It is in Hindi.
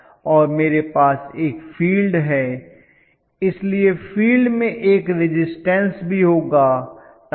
और मेरे पास एक फ़ील्ड है इसलिए फ़ील्ड में एक रिज़िस्टन्स भी होगा